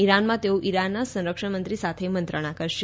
ઈરાનમાં તેઓ ઈરાનના સંરક્ષણ મંત્રી સાથે મંત્રણા કરશે